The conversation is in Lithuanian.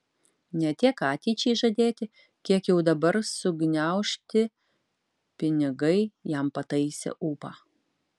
ne tiek ateičiai žadėti kiek jau dabar sugniaužti pinigai jam pataisė ūpą